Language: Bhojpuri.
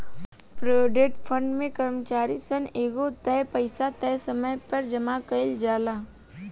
प्रोविडेंट फंड में कर्मचारी सन से एगो तय पइसा तय समय पर जामा कईल जाला